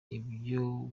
ibyo